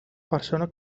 persona